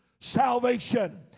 salvation